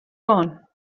gone